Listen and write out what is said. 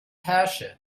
herrsche